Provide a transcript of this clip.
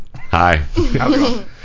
Hi